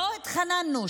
לא התחננו,